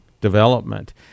development